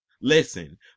Listen